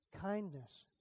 Kindness